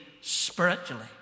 spiritually